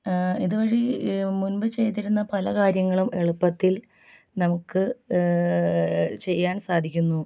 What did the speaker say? ഇതുവഴി മുൻപ് ചെയ്തിരുന്ന പല കാര്യങ്ങളും എളുപ്പത്തിൽ നമുക്ക് ചെയ്യാൻ സാധിക്കുന്നു